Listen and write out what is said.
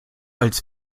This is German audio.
als